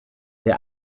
der